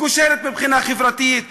כושלת מבחינה חברתית,